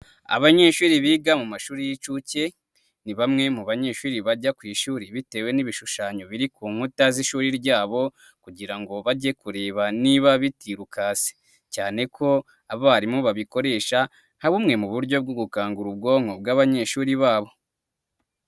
Abanyeshuri biga mu mashuri y'incuke, ni bamwe mu banyeshuri bajya ku ishuri bitewe n'ibishushanyo biri ku nkuta z'ishuri ryabo, kugira ngo bajye kureba niba bitirukasi ,cyane ko abarimu babikoresha nka bumwe mu buryo bwo gukangura ubwonko bw'abanyeshuri babo.